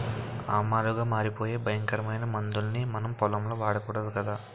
ఆమ్లాలుగా మారిపోయే భయంకరమైన మందుల్ని మనం పొలంలో వాడకూడదు కదా